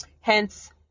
Hence